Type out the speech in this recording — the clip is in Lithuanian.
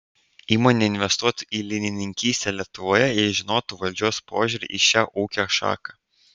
įmonė investuotų į linininkystę lietuvoje jei žinotų valdžios požiūrį į šią ūkio šaką